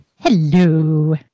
Hello